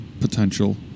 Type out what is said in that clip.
potential